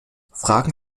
fragen